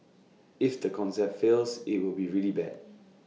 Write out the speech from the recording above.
if the concept fails IT will be really bad